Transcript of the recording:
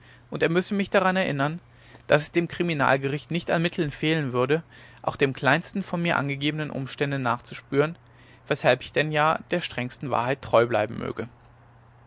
und er müsse mich daran erinnern daß es dem kriminalgericht nicht an mitteln fehlen würde auch dem kleinsten von mir angegebenen umstände nachzuspüren weshalb ich denn ja der strengsten wahrheit treu bleiben möge